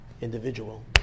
individual